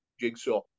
jigsaw